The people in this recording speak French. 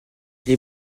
les